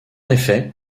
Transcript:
effet